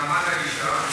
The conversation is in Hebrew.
מעמד האישה.